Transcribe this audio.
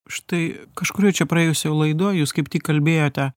štai kažkurioj čia praėjusioj laidoj jūs kaip tik kalbėjote